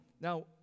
Now